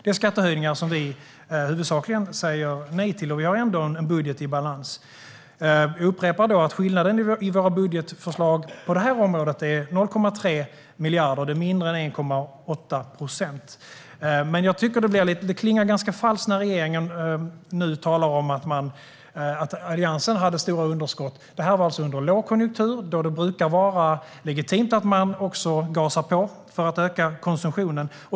Det är skattehöjningar som vi huvudsakligen säger nej till. Vi har ändå en budget i balans. Jag upprepar att skillnaden i våra budgetförslag på det här området är 0,3 miljarder. Det är mindre än 1,8 procent. Det klingar ganska falskt när regeringen nu talar om att Alliansen hade stora underskott. Det var under lågkonjunktur då det brukar vara legitimt att man gasar på för att öka konsumtionen.